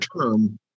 term